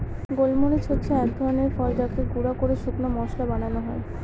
গোল মরিচ হচ্ছে এক ধরনের ফল যাকে গুঁড়া করে শুকনো মশলা বানানো হয়